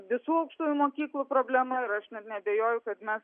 visų aukštųjų mokyklų problema ir aš net neabejoju kad mes